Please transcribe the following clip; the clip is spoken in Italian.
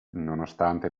nonostante